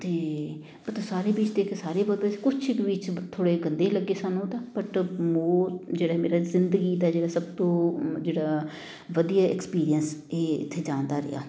ਅਤੇ ਪਤਾ ਸਾਰੇ ਬੀਚ ਦੇਖੇ ਸਾਰੇ ਕੁਛ ਕੁ ਬੀਚ ਬ ਥੋੜ੍ਹੇ ਗੰਦੇ ਲੱਗੇ ਸਾਨੂੰ ਤਾਂ ਬਟ ਮੋਰ ਜਿਹੜੇ ਮੇਰਾ ਜ਼ਿੰਦਗੀ ਦਾ ਜਿਹੜਾ ਸਭ ਤੋਂ ਮ ਜਿਹੜਾ ਵਧੀਆ ਐਕਸਪੀਰੀਐਂਸ ਇਹ ਇੱਥੇ ਜਾਣ ਦਾ ਰਿਹਾ